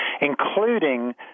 including